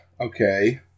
Okay